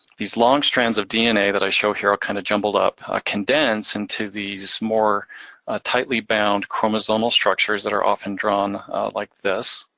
these long strands of dna that i show here all kind of jumbled up, condense into these more tightly bound chromosomal structures that are often drawn like this.